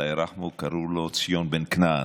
אללה ירחמו, קראו לו ציון בן כנען,